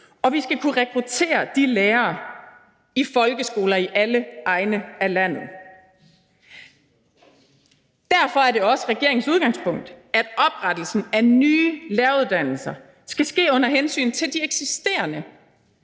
og vi skal kunne rekruttere de lærere i folkeskoler i alle egne af landet. Derfor er det også regeringens udgangspunkt, at oprettelsen af nye læreruddannelser skal ske under hensyn til de eksisterende,